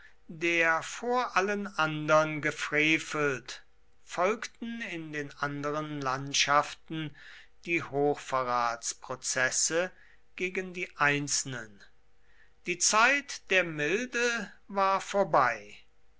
der vor allen andern gefrevelt folgten in den anderen landschaften die hochverratsprozesse gegen die einzelnen die zeit der milde war vorbei